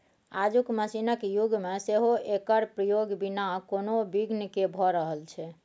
आजुक मशीनक युग मे सेहो एकर प्रयोग बिना कोनो बिघ्न केँ भ रहल छै